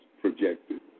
projected